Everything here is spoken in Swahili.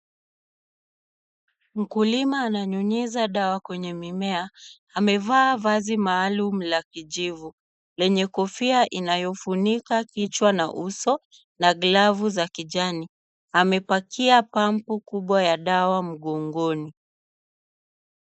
Mkulima ananyunyiza dawa kwenye mimea. Amevaa vazi maalum ya kijivu lenye kofia inayofunika kichwa na uso na glavu za kijani. Amepakia [c]pampu[c] kubwa ya dawa mgongoni.